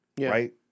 right